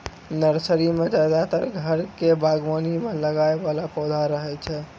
nursery मॅ ज्यादातर घर के बागवानी मॅ लगाय वाला पौधा रहै छै